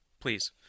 please